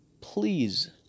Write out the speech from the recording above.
please